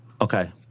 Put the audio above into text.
Okay